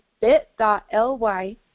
bit.ly